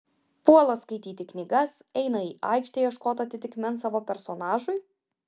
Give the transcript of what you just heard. puola skaityti knygas eina į aikštę ieškot atitikmens savo personažui